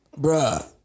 bruh